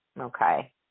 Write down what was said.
Okay